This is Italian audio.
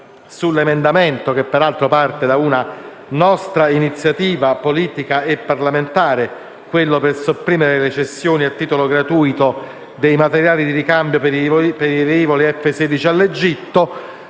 sull'emendamento, che peraltro parte da una nostra iniziativa politica e parlamentare, che propone di sopprimere le cessioni a titolo gratuito all'Egitto dei materiali di ricambio per i velivoli F-16. Pensiamo